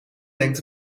denkt